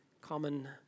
common